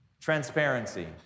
Transparency